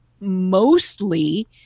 mostly